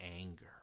anger